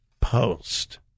Post